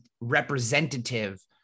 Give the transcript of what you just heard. representative